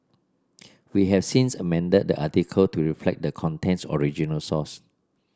we have since amended the article to reflect the content's original source